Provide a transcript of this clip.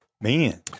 Man